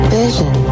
vision